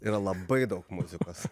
yra labai daug muzikos